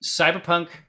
cyberpunk